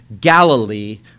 Galilee